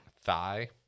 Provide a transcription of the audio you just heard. thigh